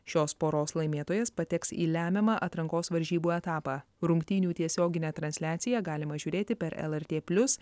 šios poros laimėtojas pateks į lemiamą atrankos varžybų etapą rungtynių tiesioginę transliaciją galima žiūrėti per lrt plius